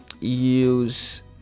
use